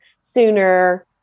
sooner